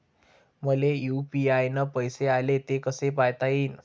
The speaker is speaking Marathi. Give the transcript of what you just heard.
मले यू.पी.आय न पैसे आले, ते कसे पायता येईन?